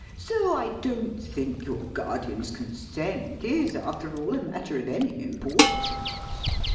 so i don't think your guardian's consent is, after all, a matter of any importance.